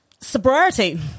sobriety